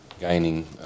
gaining